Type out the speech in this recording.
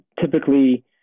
typically